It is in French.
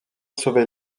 sauvé